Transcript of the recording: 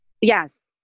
Yes